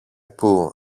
που